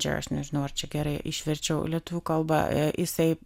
čia aš nežinau ar čia gerai išverčiau į lietuvių kalba jisai